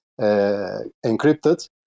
encrypted